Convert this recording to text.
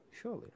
surely